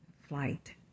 flight